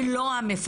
היא לא המפרנס,